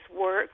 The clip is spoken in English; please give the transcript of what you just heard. work